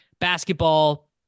basketball